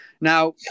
Now